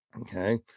okay